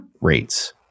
rates